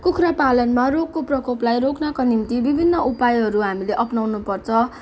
कुखुरा पालनमा रोगको प्रकोपलाई रोक्नको निम्ति विभिन्न उपायहरू हामीले अपनाउनु पर्छ